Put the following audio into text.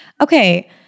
Okay